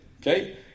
okay